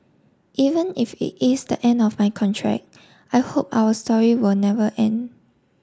even if it is the end of my contract I hope our story will never end